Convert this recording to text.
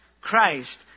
Christ